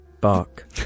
Bark